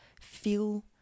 feel